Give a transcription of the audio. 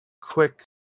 quick